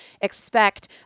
expect